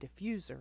diffuser